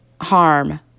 harm